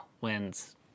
wins